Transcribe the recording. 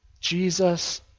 Jesus